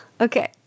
okay